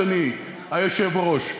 אדוני היושב-ראש,